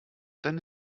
deine